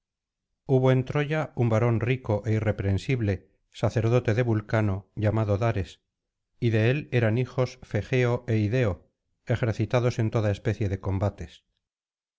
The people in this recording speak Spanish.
hubo en troya un varón rico é irreprensible sacerdote de vulcano llamado dares y de él eran hijos fegeo é ideo ejercitados en toda especie de combates